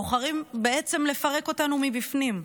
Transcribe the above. בוחרים בעצם לפרק אותנו מבפנים,